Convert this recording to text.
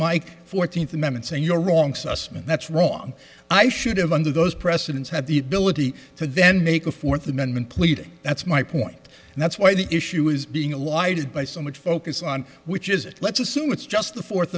like fourteenth amendment saying you're wrong sussman that's wrong i should have under those precedents have the ability to then make a fourth amendment pleading that's my point and that's why the issue is being a lighted by so much focus on which is it let's assume it's just the fourth